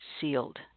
sealed